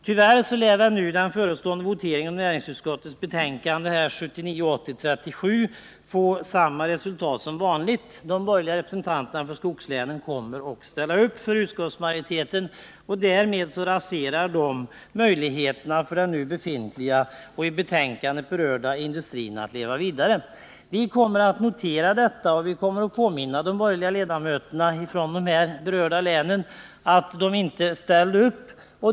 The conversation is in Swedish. Tyvärr lär den nu förestående voteringen beträffande näringsutskottets betänkande 1979/80:37 få samma resultat som det brukar bli; de borgerliga representanterna för skogslänen kommer att ställa upp bakom utskottsmajoriteten. Därmed raserar de möjligheterna för den nu befintliga och i utskottsbetänkandet berörda industrin att leva vidare. Vi kommer att notera detta, och vi kommer att påminna de borgerliga ledamöterna från de berörda länen om att de inte ställde upp.